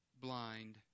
blind